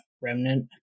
remnant